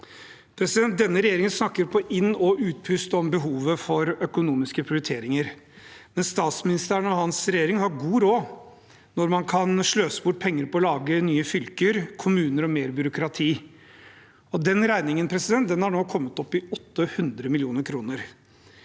hvert. Denne regjeringen snakker på inn- og utpust om behovet for økonomiske prioriteringer, men statsministeren og hans regjering har god råd når man kan sløse bort penger på å lage nye fylker, kommuner og mer byråkrati. Den regningen har nå kommet opp i 800 mill. kr.